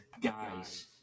guys